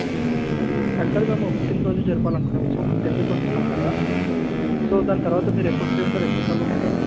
okay okay father యాక్చువల్గా మేము fifteenth రోజు జరపాలనుకుంటాం సో మేము టెన్త్ కు వస్తున్నాం కదా సో దాని తర్వాత మీరు ఎప్పుడు ఫ్రీ ఉంటారు ఎప్పుడు కలవమంటారు